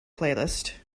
playlist